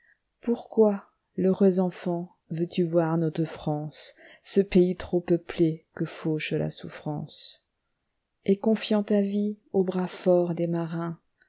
pourquoi l'heureuse enfant veux-tu voir notre france ce pays trop peuplé que fauche la souffrance et confiant ta vie aux bras forts des marins